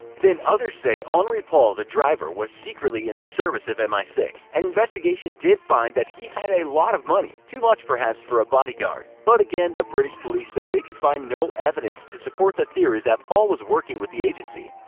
then others say henri paul, the driver, was secretly in the service of m i six. an investigation did find that he had a lot of money, too much perhaps for a bodyguard. but again, british police said they could find no evidence to support the theory that paul was working with the agency.